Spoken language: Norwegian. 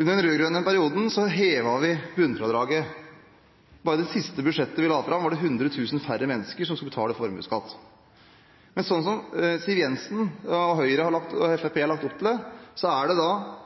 Under den rød-grønne perioden hevet vi bunnfradraget. Bare på det siste budsjettet vi la fram, var det 100 000 færre mennesker som skulle betale formuesskatt. Men slik som Siv Jensen og Fremskrittspartiet har lagt